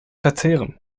verzehren